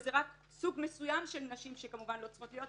זה רק סוג מסוים של נשים שכמובן לא צריכות להיות,